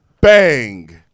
bang